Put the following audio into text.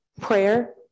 Prayer